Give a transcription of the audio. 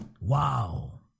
Wow